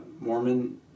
Mormon